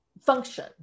function